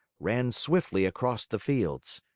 ran swiftly across the fields.